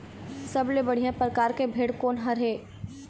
सबले बढ़िया परकार के भेड़ कोन हर ये?